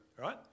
right